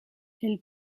elles